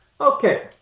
Okay